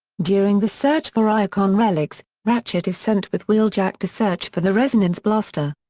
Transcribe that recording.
during the search for iacon relics, ratchet is sent with wheeljack to search for the resonance blaster.